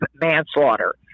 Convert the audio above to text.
manslaughter